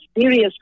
serious